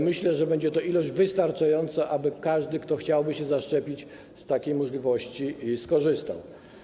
Myślę, że będzie to ilość wystarczająca do tego, aby każdy, kto chciałyby się zaszczepić, z takiej możliwości skorzystał.